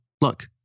look